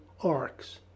arcs